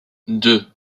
deux